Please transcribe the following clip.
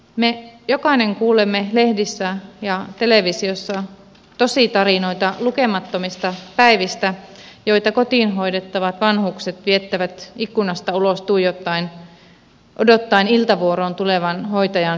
me jokainen näemme lehdissä ja televisiossa tositarinoita lukemattomista päivistä joita kotona hoidettavat vanhukset viettävät ikkunasta ulos tuijottaen odottaen iltavuoroon tulevan hoitajan pikavisiittiä